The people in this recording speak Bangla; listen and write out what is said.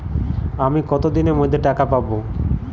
আমি কতদিনের মধ্যে টাকা পাবো?